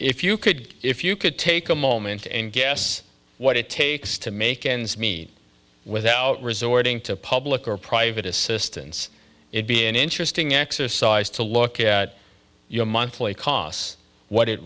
if you could if you could take a moment and guess what it takes to make ends meet without resorting to public or private assistance it be an interesting exercise to look at your monthly costs what it